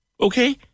okay